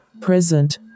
present